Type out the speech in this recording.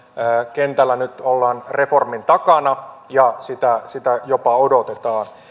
kentällä nyt ollaan reformin takana ja sitä sitä jopa odotetaan